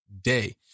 day